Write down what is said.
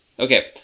Okay